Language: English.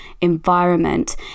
environment